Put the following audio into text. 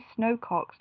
snowcocks